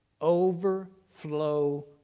overflow